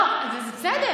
לא, זה בסדר.